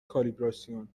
کالیبراسیون